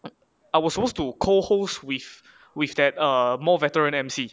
I was supposed to co hosts with with that err more veteran emcee